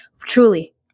Truly